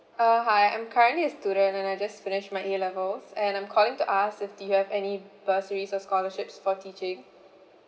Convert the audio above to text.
uh hi I'm currently a student and I just finished my A levels and I'm calling to ask if you have any bursaries or scholarships for teaching